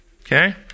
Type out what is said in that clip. Okay